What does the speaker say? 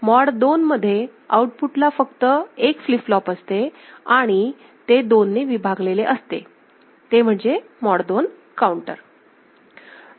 mod 2मध्ये आउटपुटला फक्त एक फ्लिप फ्लॉप असते आणि ते 2 ने विभागलेले असते ते म्हणजे मॉड 2 काउंटर